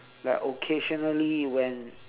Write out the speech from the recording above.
like occasionally when